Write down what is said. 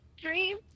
dream